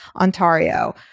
Ontario